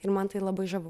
ir man tai labai žavu